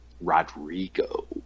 Rodrigo